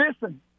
listen